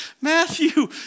Matthew